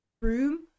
room